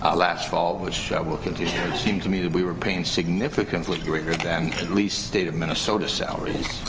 ah last fall which i will continue, seemed to me that we were paying significantly greater than at least state of minnesota salaries,